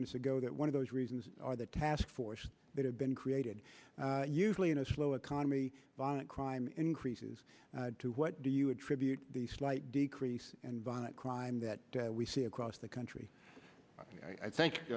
minutes ago that one of those reasons or the task force that have been created usually in a slow economy violent crime increases to what do you attribute the slight decrease in violent crime that we see across the country i think